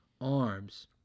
arms